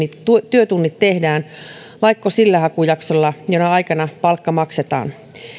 työtunnit tehdään vaiko sillä hakujaksolla jona aikana palkka maksetaan